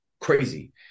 crazy